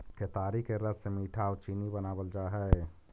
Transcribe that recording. केतारी के रस से मीठा आउ चीनी बनाबल जा हई